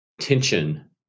tension